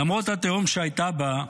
למרות התהום שהייתה בה,